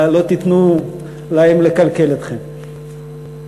לא תיתנו להם לקלקל אתכם.